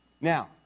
Now